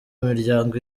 miryango